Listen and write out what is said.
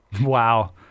Wow